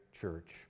church